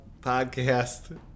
podcast